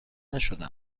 نشده